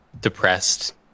depressed